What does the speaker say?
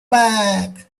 back